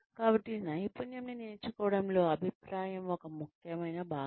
కాబట్టి నైపుణ్యం ని నేర్చుకోవడంలో అభిప్రాయం ఒక ముఖ్యమైన భాగం